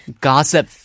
gossip